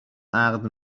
عقد